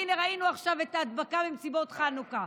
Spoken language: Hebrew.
הינה, ראינו עכשיו את ההדבקה במסיבות חנוכה.